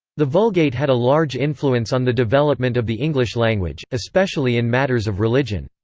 the vulgate had a large influence on the development of the english language, especially in matters of religion.